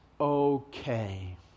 okay